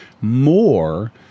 more